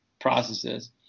processes